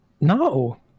no